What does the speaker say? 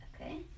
Okay